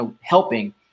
helping